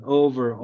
over